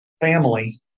family